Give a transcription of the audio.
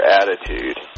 attitude